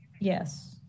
Yes